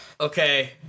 Okay